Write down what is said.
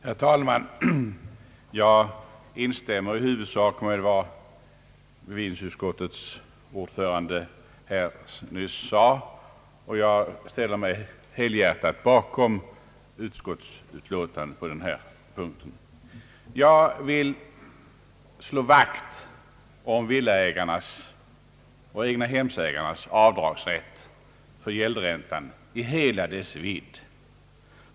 Herr talman! Jag instämmer i huvudsak med vad bevillningsutskottets ordförande nyss yttrade och jag ställer mig helhjärtat bakom utskottsbetänkandet. Jag vill slå vakt om villaägarnas och egnahemsägarnas avdragsrätt för gäldränta i hela dess vidd.